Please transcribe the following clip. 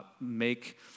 make